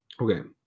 Okay